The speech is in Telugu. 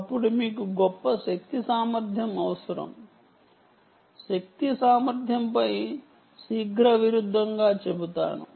అప్పుడు మీకు గొప్ప శక్తి సామర్థ్యం అవసరం శక్తి సామర్థ్యంపై శీఘ్ర విరుద్ధంగా చెబుతాను